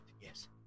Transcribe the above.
yes